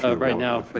ah right now.